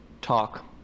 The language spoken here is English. Talk